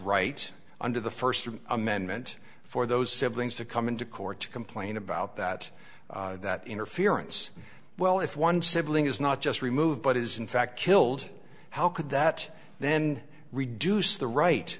right under the first amendment for those siblings to come into court to complain about that that interference well if one sibling is not just removed but is in fact killed how could that then reduce the right